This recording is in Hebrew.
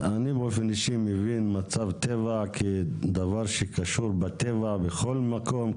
אני באופן אישי מבין מצב טבע כדבר שקשור בטבע וכל מקום,